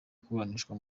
kuburanishwa